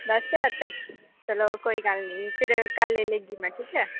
दस्स ज्हार तक्क चलो कोई गल्ल निं ते कल्ल लैगी में ठीक ऐ